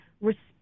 respect